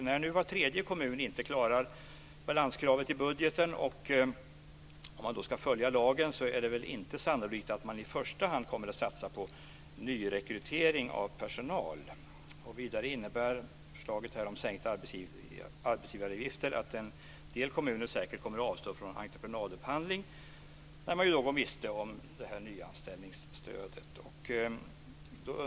När nu var tredje kommun inte klarar balanskravet i budgeten, och om man ska följa lagen, är det väl inte sannolikt att man i första hand kommer att satsa på nyrekrytering av personal. Vidare innebär förslaget om sänkta arbetsgivaravgifter att en del kommuner säkert kommer att avstå från entreprenadupphandling där man går miste om det här nyanställningsstödet.